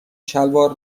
شلوار